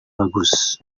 bagus